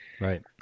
right